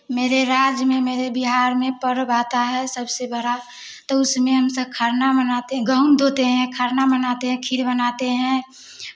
मेरे राज्य में मेरे बिहार में पर्व आता है सबसे बड़ा तो उसमें हम सब खरना मनाते हैं गोहुम धोते हैं खरना मनाते हैं खीर बनाते हैं